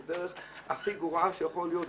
זאת הדרך הכי גרועה שיכולה להיות,